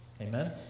Amen